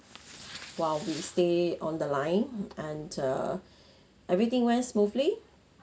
while we stay on the line and uh everything went smoothly